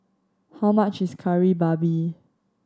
how much is Kari Babi